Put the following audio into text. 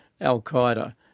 al-Qaeda